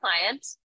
clients